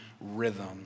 rhythm